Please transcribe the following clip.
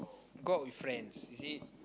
go out with friend is it